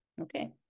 Okay